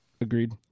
Agreed